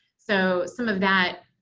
so some of that,